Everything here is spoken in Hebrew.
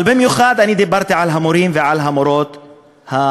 אבל אני דיברתי במיוחד על המורים ועל המורות הערבים.